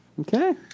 Okay